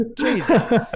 Jesus